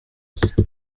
since